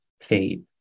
fade